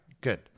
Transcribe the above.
Good